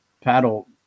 paddle